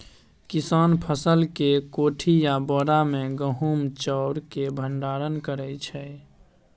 किसान फसल केँ कोठी या बोरा मे गहुम चाउर केँ भंडारण करै छै